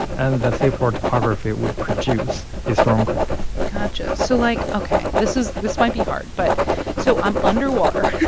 and the seafloor topography would produce a stormquake gotcha. so, like, ok, this is this might be hard. but so i'm underwater